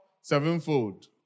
sevenfold